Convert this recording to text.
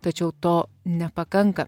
tačiau to nepakanka